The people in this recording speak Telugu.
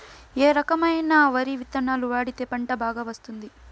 ఏ రకమైన వరి విత్తనాలు వాడితే పంట బాగా వస్తుంది?